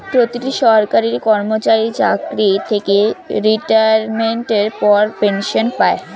প্রতিটি সরকারি কর্মচারী চাকরি থেকে রিটায়ারমেন্টের পর পেনশন পায়